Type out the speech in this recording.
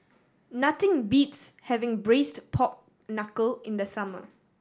nothing beats having Braised Pork Knuckle in the summer